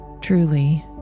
Truly